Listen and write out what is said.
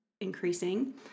increasing